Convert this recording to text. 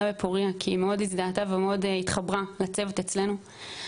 פוריה כי היא מאוד הזדהתה ומאוד התחברה לצוות אצלנו.